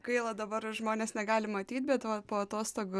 gaila dabar žmonės negali matyt bet va po atostogų